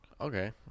Okay